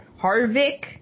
Harvick